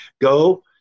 go